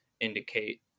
indicate